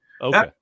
Okay